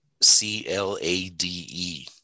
c-l-a-d-e